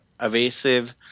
evasive